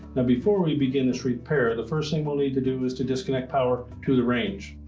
now before we begin this repair, the first thing we'll need to do is to disconnect power to the range.